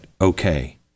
okay